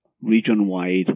region-wide